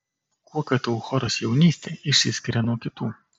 kuo ktu choras jaunystė išsiskiria nuo kitų